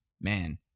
man